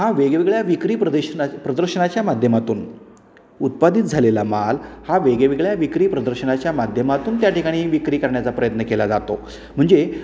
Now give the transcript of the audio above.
हा वेगवेगळ्या विक्री प्रदर्शना प्रदर्शनाच्या माध्यमातून उत्पादित झालेला माल हा वेगवेगळ्या विक्री प्रदर्शनाच्या माध्यमातून त्या ठिकाणी विक्री करण्याचा प्रयत्न केला जातो म्हणजे